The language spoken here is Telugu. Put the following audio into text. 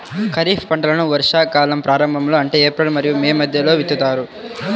ఖరీఫ్ పంటలను వర్షాకాలం ప్రారంభంలో అంటే ఏప్రిల్ మరియు మే మధ్యలో విత్తుతారు